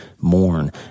mourn